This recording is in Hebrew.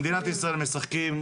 במדינת ישראל משחקים